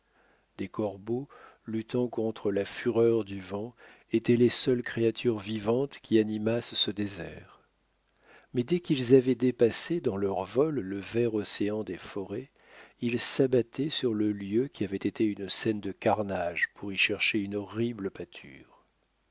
des corbeaux luttant contre la fureur du vent étaient les seules créatures vivantes qui animassent ce désert mais dès quils avoient dépassé dans leur vol le vert océan des forêts ils s'abattaient sur le lieu qui avait été une scène de carnage pour y chercher une horrible pâture